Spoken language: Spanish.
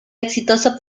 exitoso